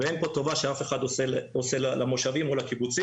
ואין פה טובה שאף אחד עושה למושבים או לקיבוצים.